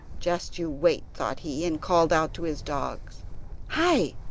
just you wait thought he, and called out to his dogs hi!